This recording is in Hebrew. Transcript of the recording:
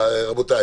קודם.